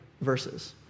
verses